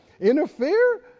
interfere